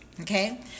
Okay